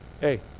hey